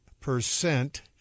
percent